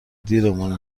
دیرمون